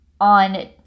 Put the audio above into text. on